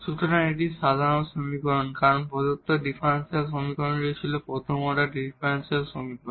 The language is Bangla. সুতরাং এটি সাধারণ সমাধান কারণ প্রদত্ত ডিফারেনশিয়াল সমীকরণটি ছিল প্রথম অর্ডার ডিফারেনশিয়াল সমীকরণ